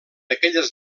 aquelles